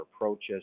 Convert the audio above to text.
approaches